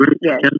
yes